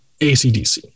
ACDC